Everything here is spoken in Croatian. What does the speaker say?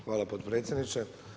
Hvala potpredsjedniče.